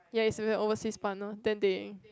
ya it's overseas partner then they